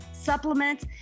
supplements